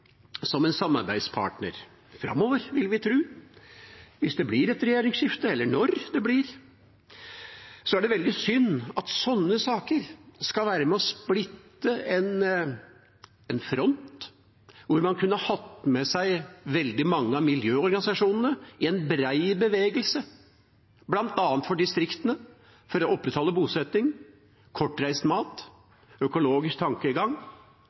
som en samarbeidspartner framover, vil vi tro, hvis – eller når – det blir et regjeringsskifte. Det er veldig synd at sånne saker skal være med og splitte en front hvor man kunne hatt med seg veldig mange av miljøorganisasjonene i en brei bevegelse – bl.a. for distriktene, for å opprettholde bosetting, kortreist mat og økologisk tankegang,